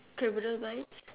criminal minds